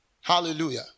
Hallelujah